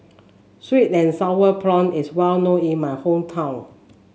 sweet and sour prawn is well known in my hometown